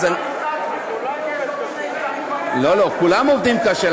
כולם עובדים קשה.